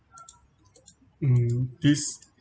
um this